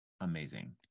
Amazing